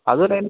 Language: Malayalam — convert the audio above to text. അതുപോലെ അതിന്